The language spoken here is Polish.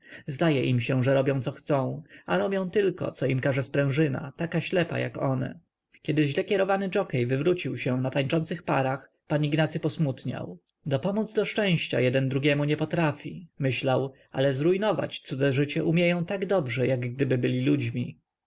zdaje im się że robią co chcą a robią tylko co im każe sprężyna taka ślepa jak one kiedy źle kierowany żokiej wywrócił się na tańczących parach pan ignacy posmutniał dopomódz do szczęścia jeden drugiemu nie potrafi myślał ale zrujnować cudze życie umieją tak dobrze jak gdyby byli ludźmi